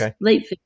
late